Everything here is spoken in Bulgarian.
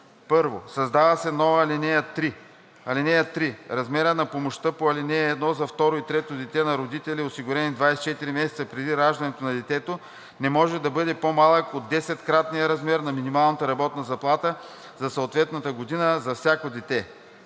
1. Създава се нова ал. 3: „(3) Размерът на помощта по ал. 1 за второ и трето дете на родители, осигурени 24 месеца преди раждането на детето, не може да бъде по-малък от 10-кратния размер на минималната работна заплата за съответната година за всяко дете.“